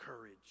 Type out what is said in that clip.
courage